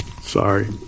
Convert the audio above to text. Sorry